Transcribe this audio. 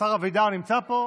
השר אבידר נמצא פה.